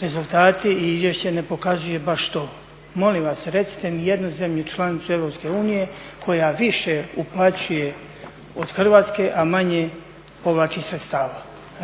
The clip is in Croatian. Rezultati i izvješće ne pokazuju baš to. Molim vas, recite mi jednu zemlju članicu EU koja više uplaćuje od Hrvatske, a manje povlači sredstava.